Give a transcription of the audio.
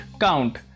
count